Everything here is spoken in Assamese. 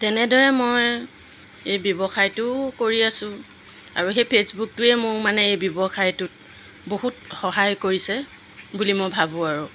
তেনেদৰে মই এই ব্যৱসায়টোও কৰি আছোঁ আৰু সেই ফেচবুকটোৱে মোৰ মানে এই ব্যৱসায়টোত বহুত সহায় কৰিছে বুলি মই ভাবোঁ আৰু